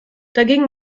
dagegen